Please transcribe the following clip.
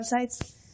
websites